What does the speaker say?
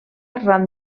ran